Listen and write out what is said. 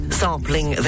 sampling